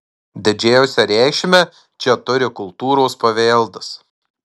didžiausią reikšmę čia turi kultūros paveldas